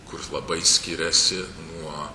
kur labai skiriasi nuo